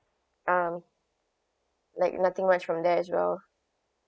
um like nothing much from there as well